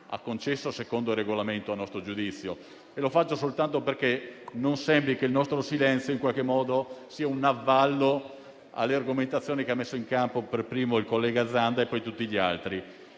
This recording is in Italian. ha concesso secondo il Regolamento, a nostro giudizio. Lo faccio soltanto perché non sembri che il nostro silenzio sia un avallo alle argomentazioni che ha messo in campo per primo il collega Zanda e poi tutti gli altri.